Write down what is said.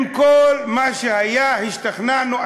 עם כל מה שהיה, השתכנענו.